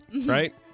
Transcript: right